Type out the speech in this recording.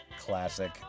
classic